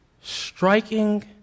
Striking